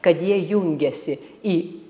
kad jie jungiasi į